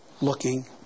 looking